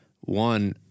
one